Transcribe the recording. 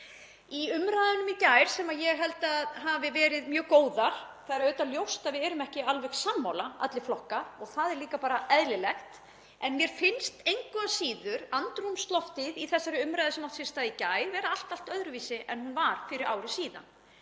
Í umræðunum í gær, sem ég held að hafi verið mjög góðar — það er auðvitað ljóst að við erum ekki alveg sammála, allir flokkar, og það er líka bara eðlilegt, en mér fannst engu að síður andrúmsloftið í þessari umræðu sem átti sér stað í gær vera allt öðruvísi en það var fyrir ári síðan.